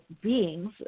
beings